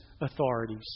authorities